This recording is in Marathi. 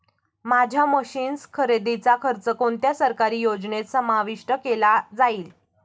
माझ्या मशीन्स खरेदीचा खर्च कोणत्या सरकारी योजनेत समाविष्ट केला जाईल?